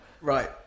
Right